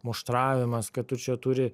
muštravimas kad tu čia turi